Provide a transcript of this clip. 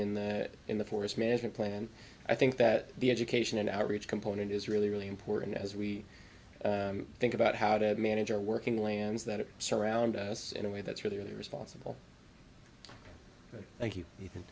in the in the forest management plan and i think that the education and outreach component is really really important as we think about how to manage our working lands that surround us in a way that's really responsible thank